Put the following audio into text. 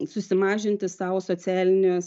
susimažinti sau socialines